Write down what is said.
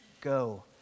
Go